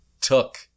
took